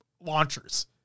launchers